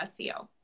SEO